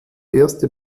erste